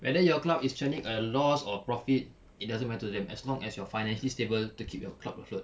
whether your club is churning a loss or profit it doesn't matter to them as long as you're financially stable to keep your club afloat